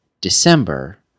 December